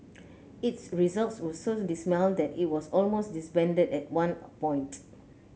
its results were so dismal that it was almost disbanded at one point